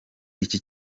iki